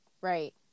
Right